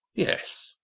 yes,